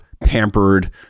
pampered